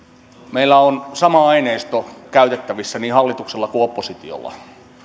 meillä on sama aineisto käytettävissä niin hallituksella kuin oppositiolla